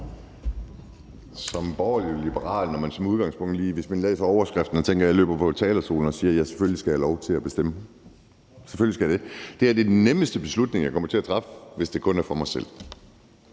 Som borgerlig-liberal kan man, når man som udgangspunkt lige læser overskriften, tænke, at man løber op på talerstolen og siger: Ja, selvfølgelig skal jeg have lov til at bestemme, selvfølgelig skal jeg det, og det her er den nemmeste beslutning, jeg kommer til at træffe, hvis det kun er for mig selv.